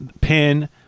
pin